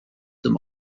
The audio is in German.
dem